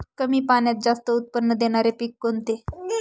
कमी पाण्यात जास्त उत्त्पन्न देणारे पीक कोणते?